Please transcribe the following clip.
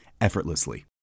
effortlessly